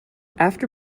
after